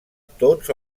tots